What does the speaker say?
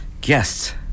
Guests